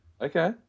Okay